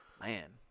man